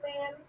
man